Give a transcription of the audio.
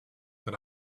but